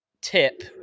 Tip